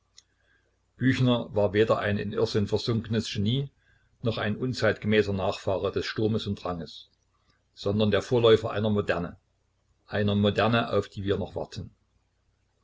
büchner war weder ein in irrsinn versunkenes genie noch ein unzeitgemäßer nachfahre des sturmes und dranges sondern der vorläufer einer moderne einer moderne auf die wir noch warten